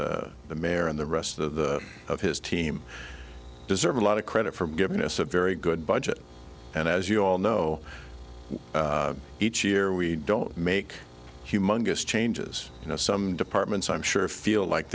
and the mayor and the rest of the of his team deserve a lot of credit forgiveness a very good budget and as you all know each year we don't make humongous changes you know some departments i'm sure feel like